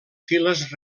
files